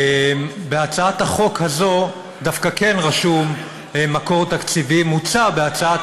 בהצעת החוק הזאת דווקא כן כתוב מקור תקציבי: מוצע בהצעת